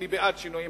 אני בעד שינויים,